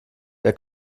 der